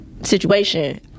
situation